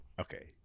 Okay